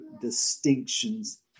distinctions